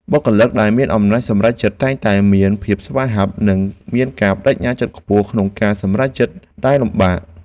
បុគ្គលិកដែលមានអំណាចសម្រេចចិត្តតែងតែមានភាពស្វាហាប់ និងមានការប្តេជ្ញាចិត្តខ្ពស់ក្នុងការសម្រេចកិច្ចការដែលលំបាក។